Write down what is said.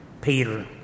Peter